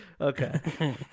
Okay